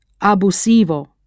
Abusivo